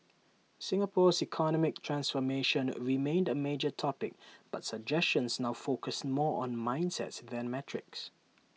Singapore's economic transformation remained A major topic but suggestions now focused more on mindsets than metrics